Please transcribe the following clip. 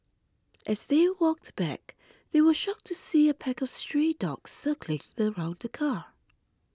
as they walked back they were shocked to see a pack of stray dogs circling around the car